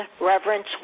reverence